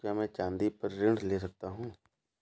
क्या मैं चाँदी पर ऋण ले सकता हूँ?